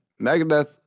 Megadeth